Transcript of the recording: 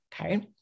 Okay